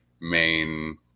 main